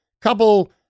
couple